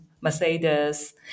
Mercedes